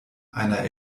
einer